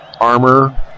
armor